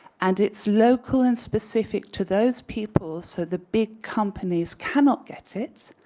and it's local and specific to those people so the big companies cannot get it.